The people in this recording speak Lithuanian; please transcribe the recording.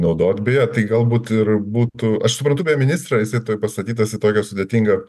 naudot beje tai galbūt ir būtų aš suprantu beje ministrą jisai taip pastatytas į tokią sudėtingą